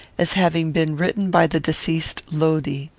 as having been written by the deceased lodi.